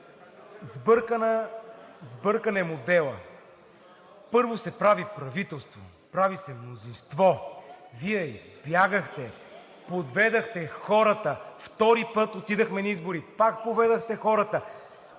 сбъркан е моделът. Първо се прави правителство, прави се мнозинство, а Вие избягахте – подведохте хората. Втори път отидохме на избори – пак подведохте хората.